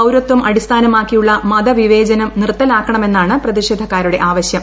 പൌരത്വംഅടിസ്ഥാനമാക്കിയുള്ളമതവിവേചനം നിർത്തലാക്കണമെന്നാണ് പ്രതിഷേധക്കാരുടെആവശ്യം